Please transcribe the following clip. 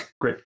Great